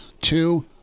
two